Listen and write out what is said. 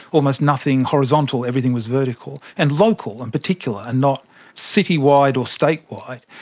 almost nothing horizontal, everything was vertical, and local in particular and not citywide or statewide.